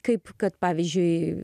kaip kad pavyzdžiui